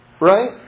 Right